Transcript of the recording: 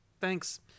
thanks